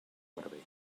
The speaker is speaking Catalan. barber